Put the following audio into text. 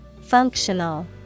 Functional